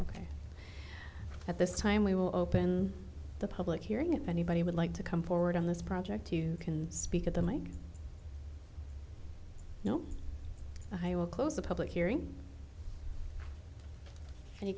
ok at this time we will open the public hearing if anybody would like to come forward on this project you can speak of them i know that i will close the public hearing any